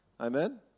Amen